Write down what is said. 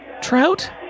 trout